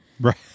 Right